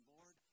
Lord